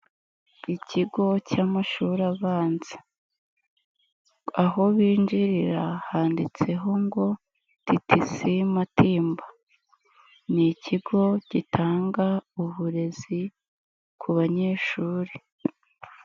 Ikigo cy' amashuri abanza. Aho binjirira handitseho ngo TTC Matimba ni ikigo gitanga uburezi ku banyeshuri.